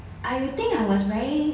I think I was very